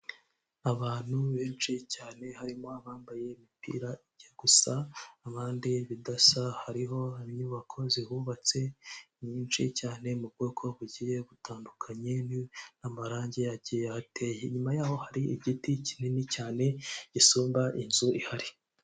Abantu benshi cyane harimo abambaye imipira ijya gusa abandi bidasa, hariho inyubako zihubatse nyinshi cyane mu bwoko bugiye butandukanye n'amarangi agiye ahateye inyuma yaho hari igiti kinini cyane gisumba inzu ihari.